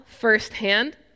firsthand